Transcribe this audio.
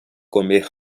comer